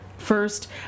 first